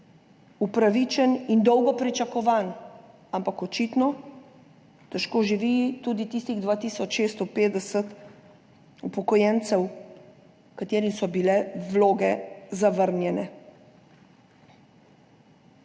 upravičen in dolgo pričakovan, ampak očitno težko živi tudi tistih 2 tisoč 650 upokojencev, katerim so bile vloge zavrnjene.